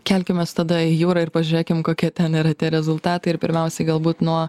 kelkimės tada į jūrą ir pažiūrėkim kokie ten yra tie rezultatai ir pirmiausiai galbūt nuo